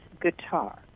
guitar